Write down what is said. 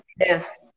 Yes